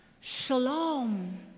Shalom